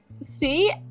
See